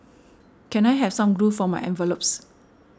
can I have some glue for my envelopes